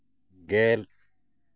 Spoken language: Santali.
ᱜᱮᱞ